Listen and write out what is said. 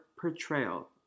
portrayal